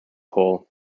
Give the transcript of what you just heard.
hole